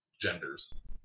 genders